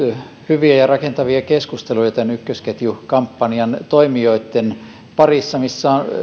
hyviä ja rakentavia keskusteluja tämän ykkösketjuun kampanjan toimijoitten